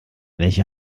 welche